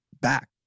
back